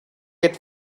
get